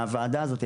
הוועדה הזאת,